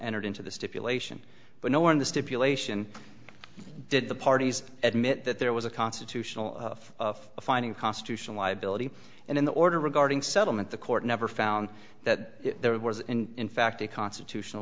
entered into the stipulation but nowhere in the stipulation did the parties admit that there was a constitutional of finding constitutional liability and in the order regarding settlement the court never found that there was in fact a constitutional